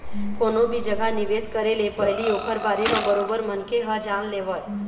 कोनो भी जघा निवेश करे ले पहिली ओखर बारे म बरोबर मनखे ह जान लेवय